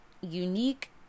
unique